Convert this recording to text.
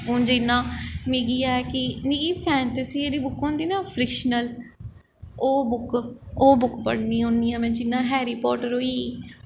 हून जियां मिगी ऐ कि मिगी फैंटसी जेह्ड़ी बुक होंदी ना फ्रिक्शनल ओह् बुक ओह् बुक पढ़नी होन्नी आं में जियां हैरी पोर्टर होई गेई